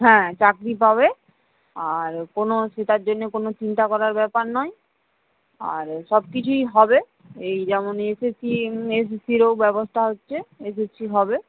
হ্যাঁ চাকরি পাবে আর কোনো সেটার জন্যে কোনো চিন্তা করার ব্যাপার নয় আর সব কিছুই হবে এই যেমন S S C S S সিরও ব্যবস্থা হচ্ছে এস এস সি হবে